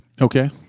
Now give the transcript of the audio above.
Okay